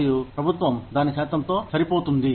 మరియు ప్రభుత్వం దాని శాతంతో సరిపోతుంది